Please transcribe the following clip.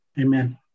amen